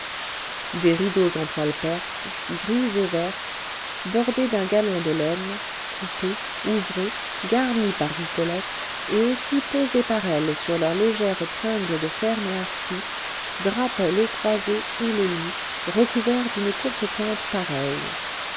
des rideaux en toile perse grise et verte bordés d'un galon de laine coupés ouvrés garnis par rigolette et aussi posés par elle sur leurs légères tringles de fer noircies drapaient les croisées et le lit recouvert d'une courtepointe pareille